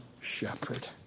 shepherd